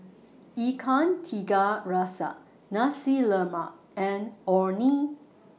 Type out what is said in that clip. Ikan Tiga Rasa Nasi Lemak and Orh Nee